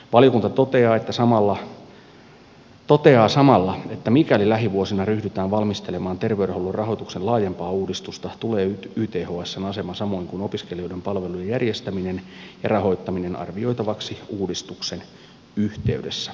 valiokunta toteaa samalla että mikäli lähivuosina ryhdytään valmistelemaan terveydenhuollon rahoituksen laajempaa uudistusta tulee ythsn asema samoin kuin opiskelijoiden palvelujen järjestäminen ja rahoittaminen arvioitavaksi uudistuksen yhteydessä